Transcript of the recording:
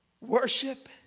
worship